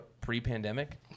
pre-pandemic